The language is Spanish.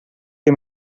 que